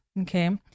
okay